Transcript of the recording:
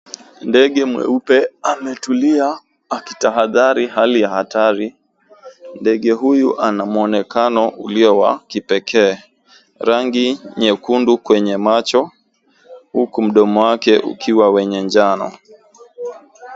Ndege mweupe ametulia akitahadhari hali ya hatari. Ndege huyu ana mwonekano ulio wa kipekee. Rangi nyekundu kwenye macho huku mdomo wake ukiwa wenye njano.